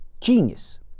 Genius